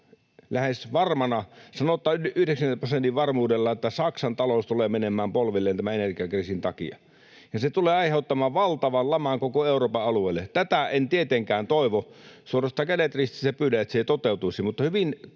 lähes varmana, sanotaan 90 prosentin varmuudella — Saksan talous tulee menemään polvilleen tämän energiakriisin takia, ja se tulee aiheuttamaan valtavan laman koko Euroopan alueelle. Tätä en tietenkään toivo. Suorastaan kädet ristissä pyydän, että se ei toteutuisi,